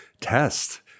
test